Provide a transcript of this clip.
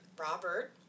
robert